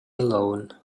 alone